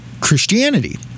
Christianity